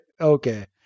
Okay